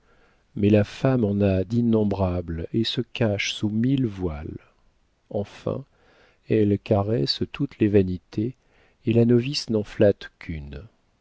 mais la femme en a d'innombrables et se cache sous mille voiles enfin elle caresse toutes les vanités et la novice n'en flatte qu'une